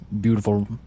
Beautiful